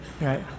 right